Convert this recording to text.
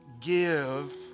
give